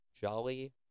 Jolly